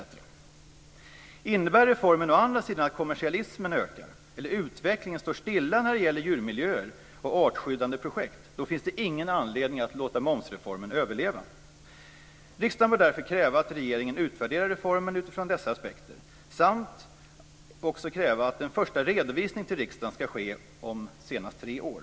Men om reformen å andra sidan innebär att kommersialismen ökar eller om utvecklingen står stilla när det gäller djurmiljöer och artskyddande projekt, finns det ingen anledning att låta momsreformen överleva. Riksdagen bör därför kräva att regeringen utvärderar reformen utifrån dessa aspekter samt att en första redovisning till riksdagen ska ske om senast tre år.